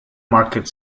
market